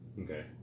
Okay